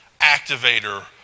activator